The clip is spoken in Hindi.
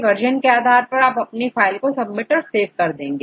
वर्जन के आधार पर आप अपनी फाइल को सबमिट और सेव करेंगे